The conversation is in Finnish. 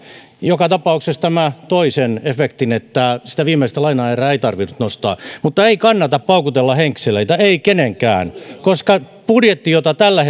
joka tapauksessa tämä toi sen efektin että sitä viimeistä lainaerää ei tarvinnut nostaa mutta ei kannata paukutella henkseleitä ei kenenkään koska budjetti jota tällä